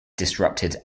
disrupted